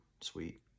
sweet